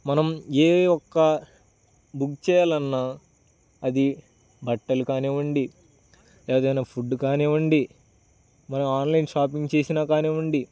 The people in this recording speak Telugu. మనం ఏ ఒక్క బుక్ చేయాలన్నా అది బట్టలు కానివ్వండి ఏదైనా ఫుడ్ కానివ్వండి మనం ఆన్లైన్ షాపింగ్ చేసినా కానివ్వండి